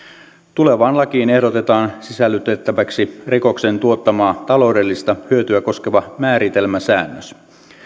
tulevaan lakiin ehdotetaan sisällytettäväksi rikoksen tuottamaa taloudellista hyötyä koskeva määritelmäsäännös